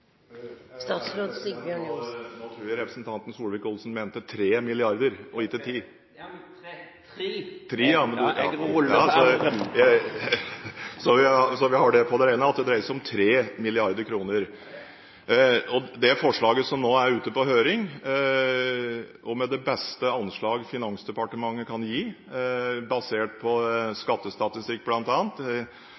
representanten Solvik-Olsen mente tre milliarder, og ikke ti? Ja, jeg sa tre – «tri». Jeg ruller på r-en. Bare så vi har det på det rene, at det dreier seg om 3 mrd. kr. Det forslaget som nå er ute på høring – og med det beste anslaget Finansdepartementet kan gi, basert på